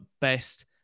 best